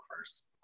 first